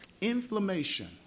Inflammation